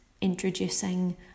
introducing